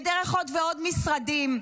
ודרך עוד ועוד משרדים,